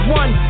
one